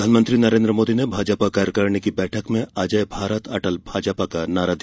प्रधानमंत्री नरेन्द्र मोदी ने भाजपा कार्यकारिणी की बैठक में अजेय भारत अटल भाजपा का नारा दिया